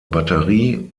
batterie